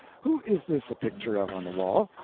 who is this a picture of on the wall?